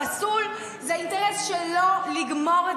העיקר שהסיפור הזה